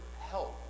help